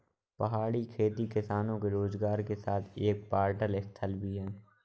पहाड़ी खेती किसानों के रोजगार के साथ एक पर्यटक स्थल भी है